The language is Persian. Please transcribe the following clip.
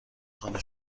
خانه